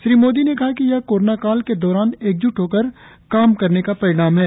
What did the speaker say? श्री मोदी ने कहा कि यह कोरोनाकाल के दौरान एकज्ट होकर काम करने का परिणाम है